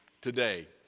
today